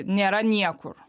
nėra niekur